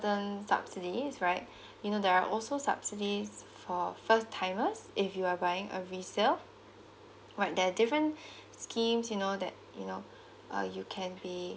certain subsidies right you know there are also subsidies for first timers if you are buying a resale right there a different schemes you know that you know uh you can be